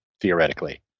theoretically